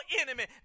enemy